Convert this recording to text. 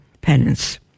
penance